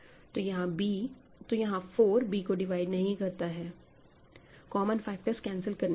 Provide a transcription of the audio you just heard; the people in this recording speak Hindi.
तो यहां 4 b को डिवाइड नहीं करता है कॉमन फैक्टर्स कैंसिल करने के बाद